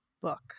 book